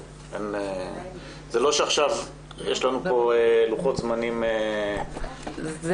זה לא שעכשיו יש לנו לוחות זמנים פתוחים